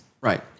right